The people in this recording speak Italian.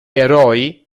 eroi